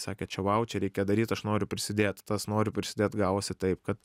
sakė čia vau čia reikia daryt aš noriu prisidėt tas noriu prisidėt gavosi taip kad